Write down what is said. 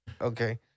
Okay